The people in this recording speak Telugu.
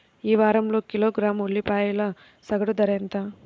ఈ వారం కిలోగ్రాము ఉల్లిపాయల సగటు ధర ఎంత?